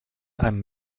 einem